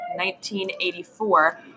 1984